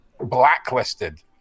blacklisted